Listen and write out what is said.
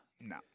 No